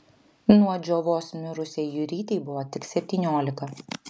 nuo džiovos mirusiai jurytei buvo tik septyniolika